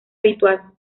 habitual